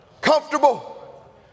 Comfortable